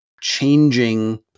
changing